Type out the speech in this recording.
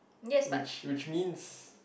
which which means